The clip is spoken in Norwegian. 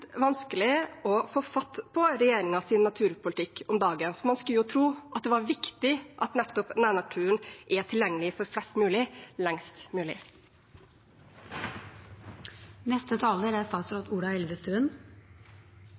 vanskelig å få fatt på regjeringens naturpolitikk om dagen, for man skulle jo tro at det var viktig at nettopp nærnaturen er tilgjengelig for flest mulig lengst mulig. Først en liten kommentar til De Grønnes representant, som etterlyste regjeringens naturpolitikk: Da er